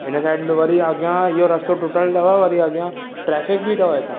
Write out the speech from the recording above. हिन साइड लो वरी अॻियां इहो रस्तो टुटल अथव वरी अॻियां ट्रैफिक बि अथव हितां